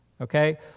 okay